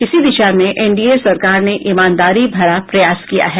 इसी दिशा में एनडीए सरकार ने ईमानदारी भरा प्रयास किया है